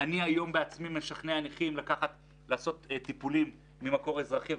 מי שנפצע פציעה קרבית מקבל באמת את היחס הכי טוב בעולם.